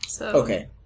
Okay